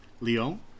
Leon